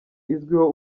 izwiho